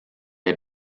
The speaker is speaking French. les